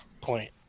point